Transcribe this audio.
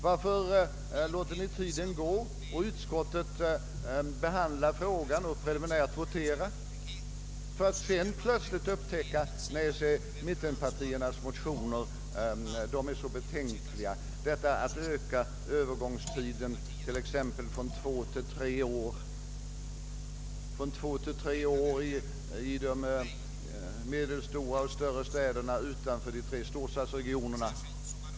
Varför låter ni tiden gå och utskottet behandla frågan och preliminärt votera, för att sedan plötsligt upptäcka att mittenpartiernas motioner är så betänkliga? Ni betraktar det som en så fruktansvärt allvarlig sak att öka övergångstiden från t.ex. två till tre år i de medelstora och större städerna utanför de tre storstadsregionerna.